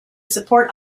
support